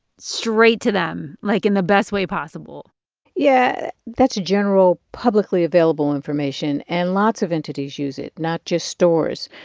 straight to them, like, in the best way possible yeah. that's general publicly available information. and lots of entities use it, not just stores.